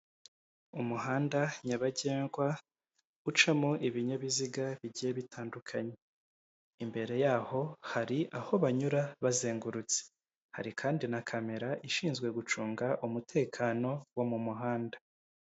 Umuhanda nyabagendwa ucamo ibinyabiziga bigiye bitandukanye, imbere y'aho hari aho banyura bazengurutse hari kandi na kamera ishinzwe gucunga umutekano wo mu muhanda.